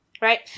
right